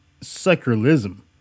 secularism